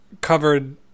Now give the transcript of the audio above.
covered